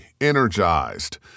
energized